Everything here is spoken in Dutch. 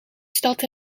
stad